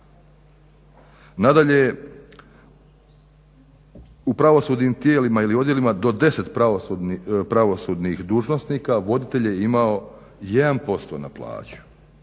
Nadalje je u pravosudnim tijelima i odjelima do 10 pravosudnih dužnosnika, voditelj je imao 1% na plaću.